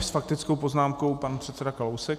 S faktickou poznámkou pan předseda Kalousek.